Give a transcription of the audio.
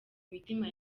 mitima